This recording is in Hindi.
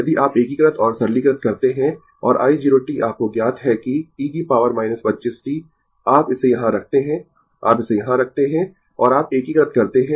यदि आप एकीकृत और सरलीकृत करते है और i 0 t आपको ज्ञात है कि e की पॉवर 25 t आप इसे यहां रखते है आप इसे यहां रखते है और आप एकीकृत करते है